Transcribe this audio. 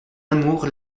amour